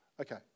Okay